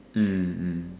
mm mm